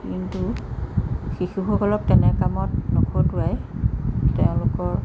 কিন্তু শিশুসকলক তেনে কামত নখটুৱাই তেওঁলোকক